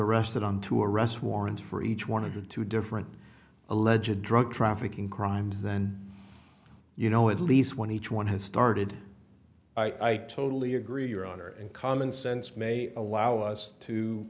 arrested on two arrest warrants for each one of the two different allege a drug trafficking crimes then you know at least one each one has started i totally agree your honor and common sense may allow us to